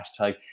hashtag